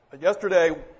Yesterday